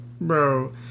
Bro